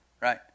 Right